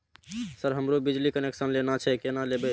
Sir हमरो बिजली connection लेना छे केना लेबे?